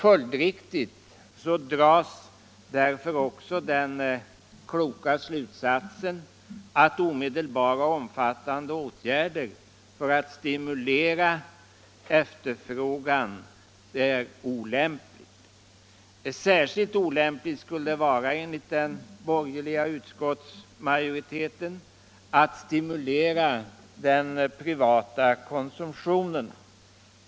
Följdriktigt dras också den kloka slutsatsen att det är olämpligt att vidta omedelbara och omfattande åtgärder för att stimulera efterfrågan. Särskilt olämpligt skulle det enligt den borgerliga utskottsmajoriteten vara att stimulera den privata konsumtionen.